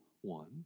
one